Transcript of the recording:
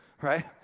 right